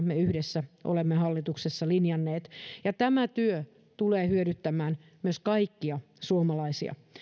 me yhdessä olemme hallituksessa linjanneet ja tämä työ tulee hyödyttämään myös kaikkia suomalaisia